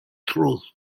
throat